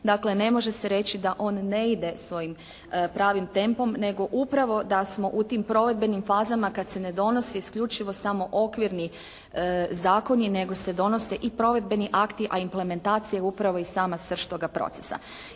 Dakle ne može se reći da on ne ide svojim pravim tempom nego upravo da smo u tim provedbenim fazama kad se ne donosi isključivo samo okvirni zakoni nego se donose i provedbeni akti a implementacija je upravo i sama srž toga procesa.